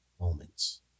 moments